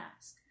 ask